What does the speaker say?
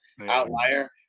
outlier